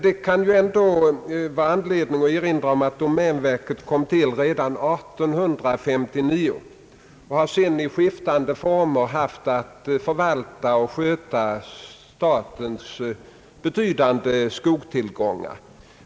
Domänverket tillkom redan 1859 och har sedan i skiftande former haft att förvalta och sköta statens betydande skogstillgångar.